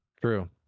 true